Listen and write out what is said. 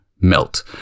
melt